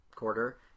quarter